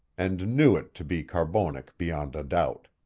and knew it to be carbonek beyond a doubt.